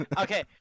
Okay